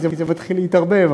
כי זה מתחיל להתערבב,